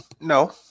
no